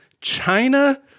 China